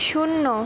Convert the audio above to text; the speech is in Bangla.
শূন্য